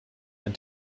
ein